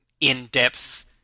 in-depth